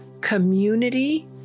community